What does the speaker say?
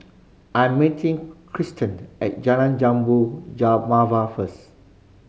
I'm meeting Kiersten at Jalan Jambu Mawar first